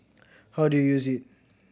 how do you use it